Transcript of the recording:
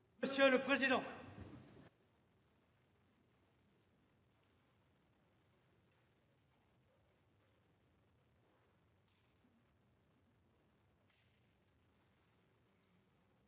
Monsieur le président,